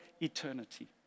eternity